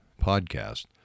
podcast